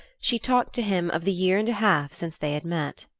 she talked to him of the year and a half since they had met.